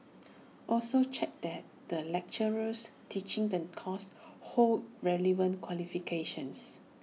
also check that the lecturers teaching the course hold relevant qualifications